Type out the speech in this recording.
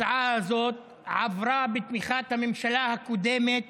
עברה בתמיכת הממשלה הקודמת